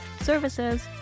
services